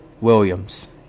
Williams